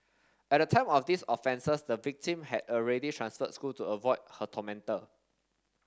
at the time of these offences the victim had already transferred schools to avoid her tormentor